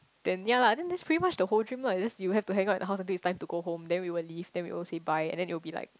then yea lah then this pretty much the whole dream lah you just you have to hangout in a half a daytime to go home then we will leave then we all say bye and then they will be like